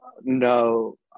no